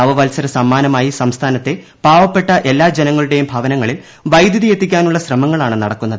നവവൽസര സമ്മാനമായി സംസ്ഥാനത്തെ പാവപ്പെട്ട എല്ലാ ജനങ്ങളുടെയും ഭവനങ്ങളിൽ വൈദ്യുതി എത്തിക്കാനുള്ള ശ്രമങ്ങളാണ് നടക്കുന്നത്